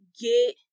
get